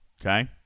Okay